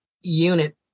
unit